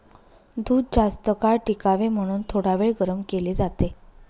दूध जास्तकाळ टिकावे म्हणून थोडावेळ गरम केले जाते